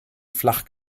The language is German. flach